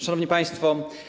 Szanowni Państwo!